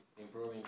improving